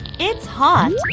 it's hot.